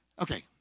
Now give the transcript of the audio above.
Okay